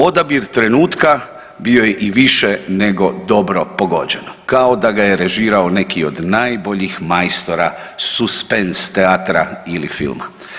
Odabir trenutka bio je i više nego dobro pogođen kao da ga je režirao neki od najboljih majstora suspens teatra ili filma.